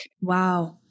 Wow